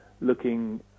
Looking